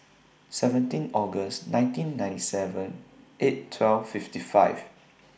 seventeen August nineteen ninety seven eight twelve fifty five